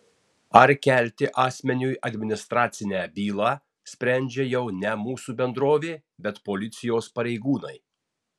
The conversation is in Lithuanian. ar kelti asmeniui administracinę bylą sprendžia jau ne mūsų bendrovė bet policijos pareigūnai